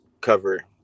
cover